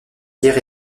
tiers